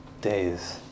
days